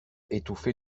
étouffer